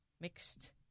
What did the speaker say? mixed